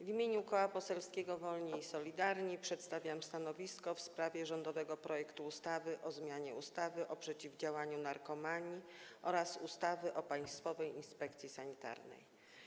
W imieniu Koła Poselskiego Wolni i Solidarni przedstawiam stanowisko w sprawie rządowego projektu ustawy o zmianie ustawy o przeciwdziałaniu narkomanii oraz ustawy o Państwowej Inspekcji Sanitarnej.